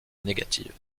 négative